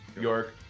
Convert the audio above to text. York